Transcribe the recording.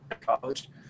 college